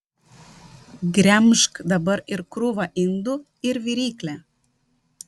gremžk dabar ir krūvą indų ir viryklę